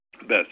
best